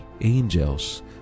angels